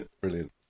Brilliant